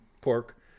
pork